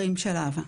הרים של אהבה.